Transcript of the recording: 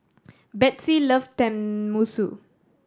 Bethzy loves Tenmusu